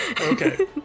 Okay